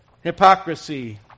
Hypocrisy